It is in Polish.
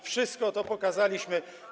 Wszystko to pokazaliśmy.